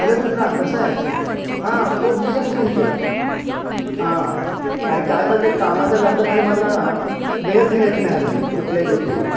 hello मित्रा कसा आहेस हां खूप दिवसांनी फोन केला हां अरे काय झालं आहे कामाचा व्यापातून मला वेळच मिळत नाही हल्ली कुठल्याही गोष्टीला